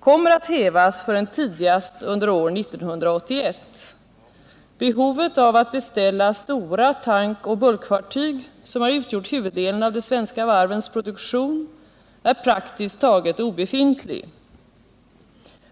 kommer att hävas förrän tidigast under år 1981. Behovet av att beställa stora tankoch bulkfartyg — som har utgjort huvuddelen av de svenska varvens produktion —är praktiskt taget obefintligt.